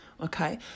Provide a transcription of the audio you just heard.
Okay